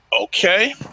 Okay